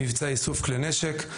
אם זה מבצע איסוף כלי נשק.